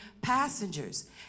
passengers